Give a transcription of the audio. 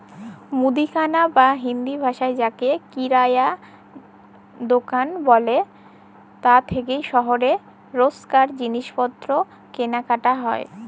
মুদিখানা বা হিন্দিভাষায় যাকে কিরায়া দুকান বলে তা থেকেই শহরে রোজকার জিনিসপত্র কেনাকাটা হয়